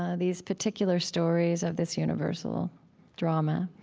ah these particular stories of this universal drama,